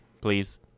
please